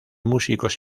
músicos